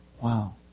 Wow